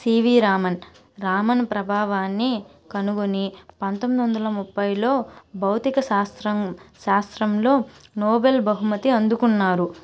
CV Raman Raman ప్రభావాన్ని కనుగొని పంతొమ్మిది వందల ముప్పైలో భౌతిక శాస్త్రం శాస్త్రంలో నోబెల్ బహుమతి అందుకున్నారు